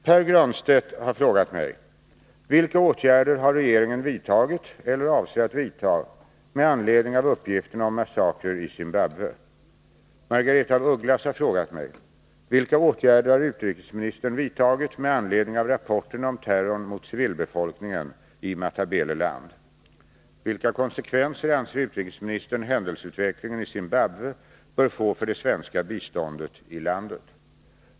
Pär Granstedt har frågat mig: Margaretha af Ugglas har frågat mig: Vilka konsekvenser anser utrikesministern händelseutvecklingen i Zimbabwe bör få för det svenska biståndet i landet?